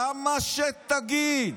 למה שתגיד?